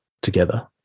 together